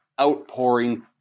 outpouring